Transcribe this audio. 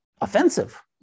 offensive